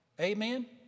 amen